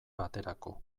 baterako